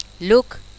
Look